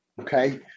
okay